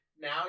Now